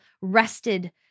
rested